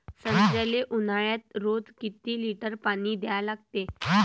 संत्र्याले ऊन्हाळ्यात रोज किती लीटर पानी द्या लागते?